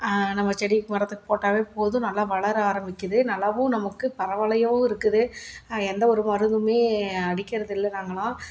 நம்ம செடிக்கு மரத்துக்கு போட்டாவே போதும் அது நல்லா வளர ஆரம்பிக்குது நல்லாவும் நமக்கு பரவாயிலையோ இருக்குது எந்த ஒரு மருந்துமே அடிக்கிறது இல்லை நாங்கள்லாம்